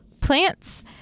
plants